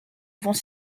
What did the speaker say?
vont